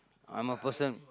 I'm a person